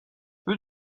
peu